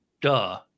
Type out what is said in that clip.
duh